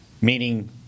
meaning